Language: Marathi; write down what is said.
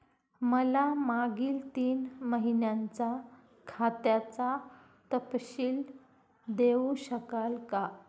मला मागील तीन महिन्यांचा खात्याचा तपशील देऊ शकाल का?